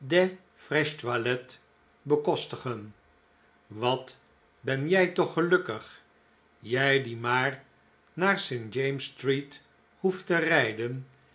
fvaiches toilettes bekostigen wat ben jij toch gelukkig jij die maar naar st james'street hoeft te rijden